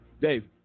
Dave